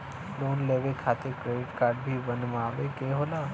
Loan लेवे खातिर credit card भी बनवावे के होला?